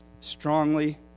strongly